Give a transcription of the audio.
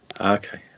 Okay